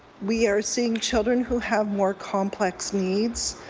we are seeing children who have more complex needs.